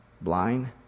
Blind